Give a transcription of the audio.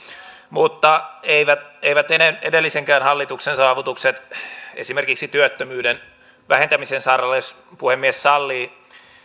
mutta eivät eivät edellisenkään hallituksen saavutukset esimerkiksi työttömyyden vähentämisen saralla jos puhemies sallii